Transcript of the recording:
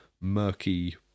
murky